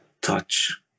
touch